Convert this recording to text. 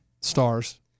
Stars